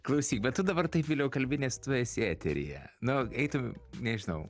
klausyk bet tu dabar taip viliau kalbi nes tu esi eteryje nu eitum nežinau